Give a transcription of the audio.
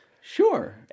Sure